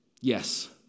Yes